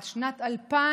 עד שנת 2050,